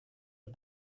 are